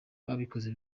babikoze